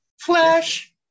Flash